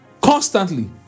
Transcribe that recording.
constantly